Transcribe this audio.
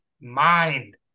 mind